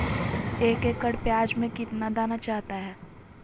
एक एकड़ प्याज में कितना दाना चाहता है?